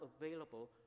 available